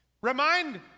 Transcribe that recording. remind